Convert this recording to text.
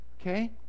Okay